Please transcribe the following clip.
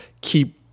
keep